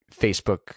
Facebook